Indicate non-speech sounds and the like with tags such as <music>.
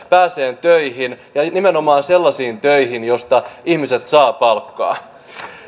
<unintelligible> pääsemään töihin ja nimenomaan sellaisiin töihin joista ihmiset saavat palkkaa